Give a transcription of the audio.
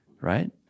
right